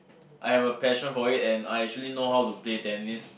I have a passion for it and I actually know how to play tennis